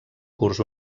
curs